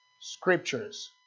Scriptures